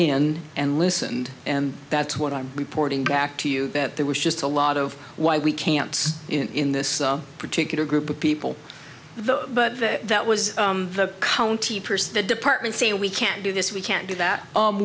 in and listened and that's what i'm reporting back to you that there was just a lot of why we can't in this particular group of people the but that was the county purse the department say we can't do this we can't do that